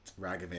Ragavan